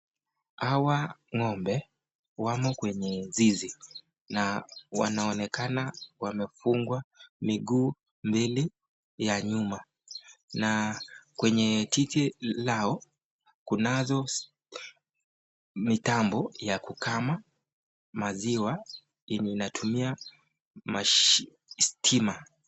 Hawa ng'ombe wamo kwenye zizi na wanaonekana wamefungwa miguu mbili ya nyuma na kwenye titi lao kunazo mitambo ya kukama maziwa yenye inatumia mashii stima.